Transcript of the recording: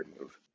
move